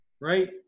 Right